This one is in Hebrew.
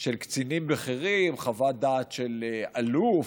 קצינים בכירים, חוות דעת של אלוף,